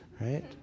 right